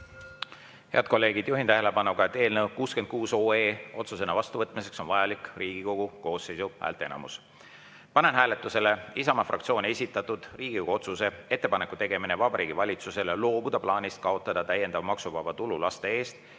Head kolleegid, juhin tähelepanu, et ka eelnõu 66 otsusena vastuvõtmiseks on vajalik Riigikogu koosseisu häälteenamus. Panen hääletusele Isamaa fraktsiooni esitatud Riigikogu otsuse "Ettepaneku tegemine Vabariigi Valitsusele loobuda plaanist kaotada täiendav maksuvaba tulu laste eest"